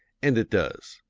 and it does.